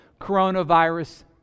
coronavirus